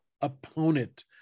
opponent